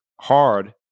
hard